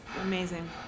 amazing